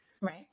Right